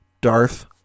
Darth